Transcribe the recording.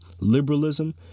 liberalism